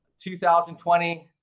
2020